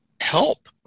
help